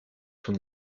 son